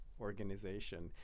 organization